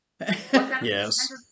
Yes